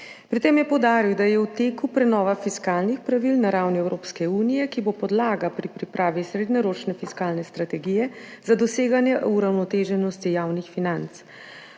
Pri tem je poudaril, da je v teku prenova fiskalnih pravil na ravni Evropske unije, ki bo podlaga pri pripravi srednjeročne fiskalne strategije za doseganje uravnoteženosti javnih financ.